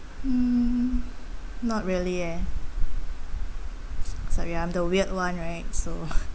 hmm I'm not really eh s~ sorry I'm the weird one right so